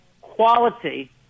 quality